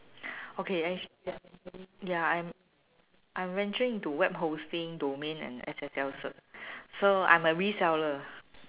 okay I ya I'm venturing into web hosting domain and S_S_L cert so I'm a reseller